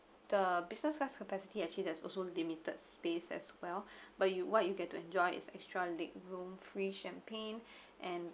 the business class capacity actually there's also limited space as well but you what you get to enjoy is extra leg room free champagne and